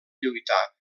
lluitar